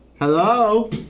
Hello